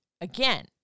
again